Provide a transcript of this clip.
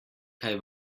kaj